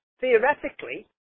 theoretically